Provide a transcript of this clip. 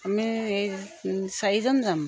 আমি চাৰিজন যাম